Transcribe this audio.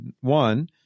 one